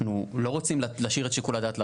אנחנו לא רוצים להשאיר את שיקול הדעת לרשות.